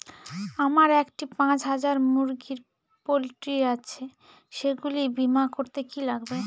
আমার একটি পাঁচ হাজার মুরগির পোলট্রি আছে সেগুলি বীমা করতে কি লাগবে?